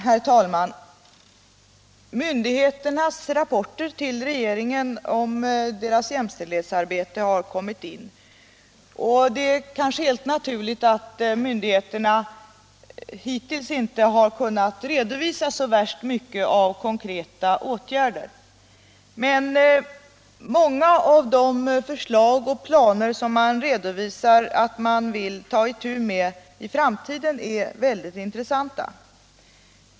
Herr talman! Myndigheternas rapporter till regeringen om deras jämställdhetsarbete har kommit in. Det kanske är helt naturligt att myndigheterna hittills inte har kunnat redovisa så värst mycket av genomförda konkreta åtgärder. Men många av de förslag och planer som man redovisar är väldigt intressanta.